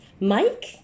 Mike